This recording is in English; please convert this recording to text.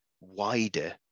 wider